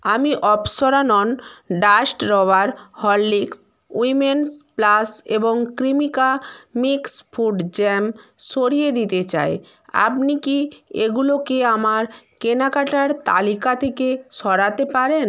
আমি Apsara non dust rubber Horlicks women's plus এবং Cremica mixed fruit jam সরিয়ে দিতে চাই আপনি কি এগুলোকে আমার কেনাকাটার তালিকা থেকে সরাতে পারেন